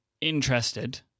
interested